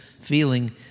feeling